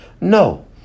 no